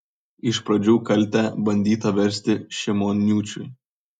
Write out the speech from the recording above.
iš pradžių kaltę bandyta versti šimoniūčiui